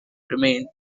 remained